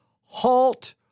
halt